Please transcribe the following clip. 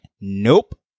Nope